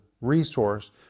resource